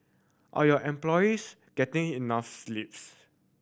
are your employees getting enough sleeps